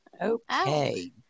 Okay